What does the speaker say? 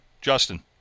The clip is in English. Justin